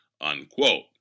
unquote